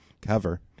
cover